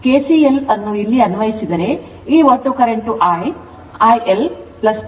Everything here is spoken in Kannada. KCL ಇಲ್ಲಿ ಅನ್ವಯಿಸಿದರೆಈ ಒಟ್ಟು current I IR IL IC ಆಗಿದೆ